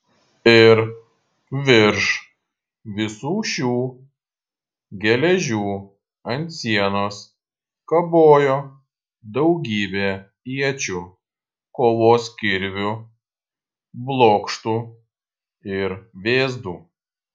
ir virš visų šių geležių ant sienos kabojo daugybė iečių kovos kirvių blokštų ir vėzdų